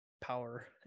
power